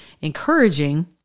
encouraging